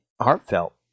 heartfelt